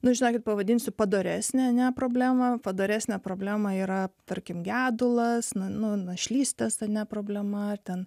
nu žinokit pavadinsiu padoresnę ne problema padoresnę problemą yra tarkim gedulas nuo našlystės ta problema ar ten